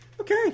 Okay